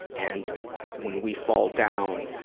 and when we fall down,